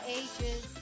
ages